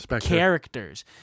characters